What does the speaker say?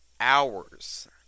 hours